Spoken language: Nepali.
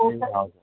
ए हजुर